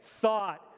thought